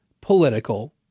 political